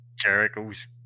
Jericho's